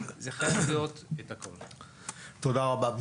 תודה רבה.